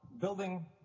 building